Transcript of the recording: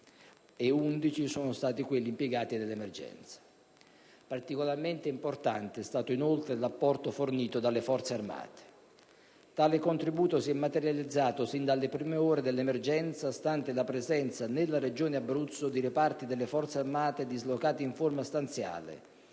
ed 11 sono stati quelli impiegati nell'emergenza. Particolarmente importante è stato l'apporto fornito dalle Forze armate. Tale contributo si è materializzato, sin dalle prime ore dell'emergenza, stante la presenza nella Regione Abruzzo di reparti delle Forze armate dislocati in forma stanziale,